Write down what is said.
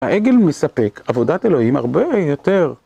העגל מספק עבודת אלוהים הרבה יותר